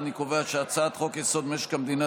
אני קובע שהצעת חוק-יסוד: משק המדינה